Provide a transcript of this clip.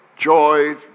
joy